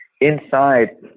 inside